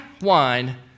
wine